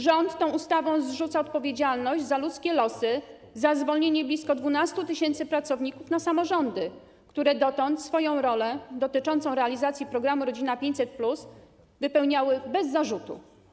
Rząd tą ustawą zrzuca odpowiedzialność za ludzkie losy, za zwolnienie blisko 12 tys. pracowników na samorządy, które dotąd swoją rolę dotyczącą realizacji programu „Rodzina 500+” wypełniały bez zarzutu.